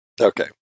Okay